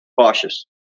cautious